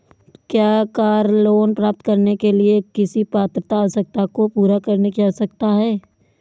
क्या car loan प्राप्त करने के लिए किसी पात्रता आवश्यकता को पूरा करने की आवश्यकता है?